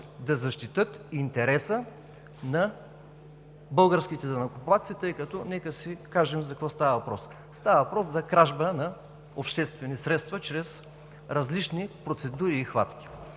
да защитят интереса на българските данъкоплатци. Нека си кажем за какво става въпрос – става въпрос за кражба на обществени средства чрез различни процедури и хватки.